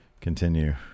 Continue